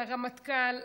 לרמטכ"ל,